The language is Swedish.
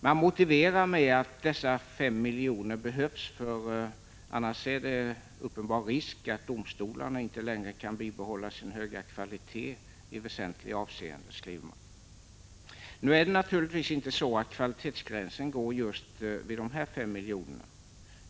Man motiverar den med att dessa 5 miljoner behövs, för annars är det en uppenbar risk att domstolarna inte längre kan bibehålla sin höga kvalitet i väsentliga avseenden. Nu är det naturligtvis inte så att kvalitetsgränsen går just vid de här 5 miljonerna.